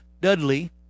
Dudley